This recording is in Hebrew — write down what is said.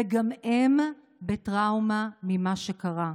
וגם הם בטראומה ממה שקרה.